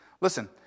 Listen